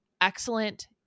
excellent